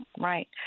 Right